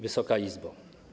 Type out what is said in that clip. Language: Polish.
Wysoka Izbo!